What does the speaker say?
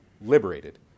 liberated